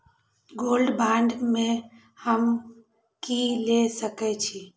Gold bond में हम की ल सकै छियै?